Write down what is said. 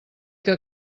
que